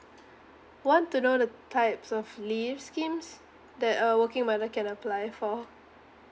want to know the types of leave schemes that a working mother can apply for